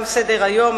תם סדר-היום.